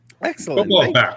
Excellent